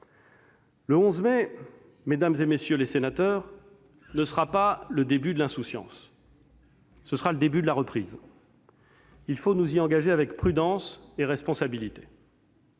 Le 11 mai, mesdames, messieurs les sénateurs, ne sera pas le début de l'insouciance : ce sera le début de la reprise. Il faut nous y engager avec prudence et responsabilité.